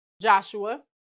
Joshua